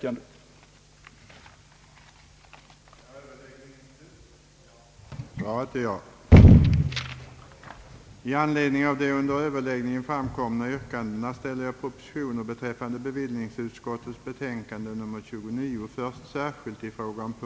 Punkten avslutades med en förklaring, att utskottet velat för riksdagen omförmäla vad i detta ärende förekommit.